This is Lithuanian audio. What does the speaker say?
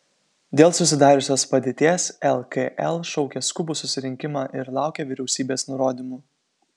dėl susidariusios padėties lkl šaukia skubų susirinkimą ir laukia vyriausybės nurodymų